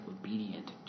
obedient